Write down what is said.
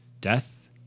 death